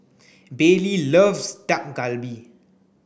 Bailey loves Dak Galbi